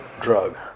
drug